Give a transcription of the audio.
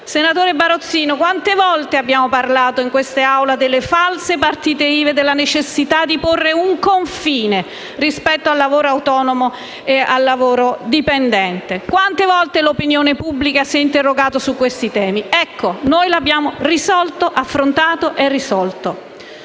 Senatore Barozzino, quante volte abbiamo parlato in quest’Aula delle false partite IVA e della necessità di porre un confine rispetto al lavoro autonomo e al lavoro dipendente? Quante volte l’opinione pubblica si è interrogata su questi temi? Ecco, noi li abbiamo affrontati e abbiamo